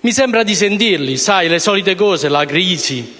Mi sembra di sentirli, le solite cose: «Sai, c'è la crisi»,